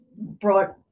brought